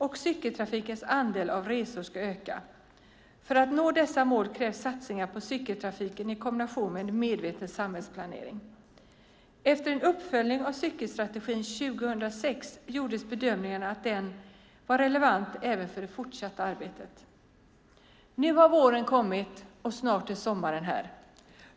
Cykeltrafikens andel av resorna ska öka. För att nå dessa mål krävs det satsningar på cykeltrafiken i kombination med en medveten samhällsplanering. Efter en uppföljning av cykelstrategin 2006 gjordes bedömningen att den var relevant även för det fortsatta arbetet. Nu har våren kommit, och snart är sommaren här.